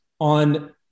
on